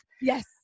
Yes